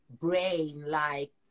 brain-like